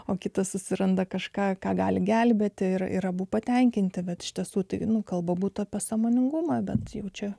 o kitas susiranda kažką ką gali gelbėti ir ir abu patenkinti bet iš tiesų tai kalba būtų apie sąmoningumą bet jaučiu